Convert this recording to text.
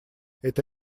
это